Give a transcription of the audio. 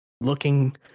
looking